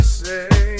say